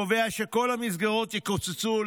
קובע שכל המסגרות יקוצצו,